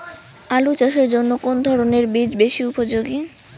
আলু চাষের জন্য কোন ধরণের বীজ বেশি উপযোগী?